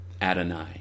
Adonai